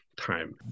time